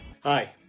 Hi